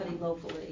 locally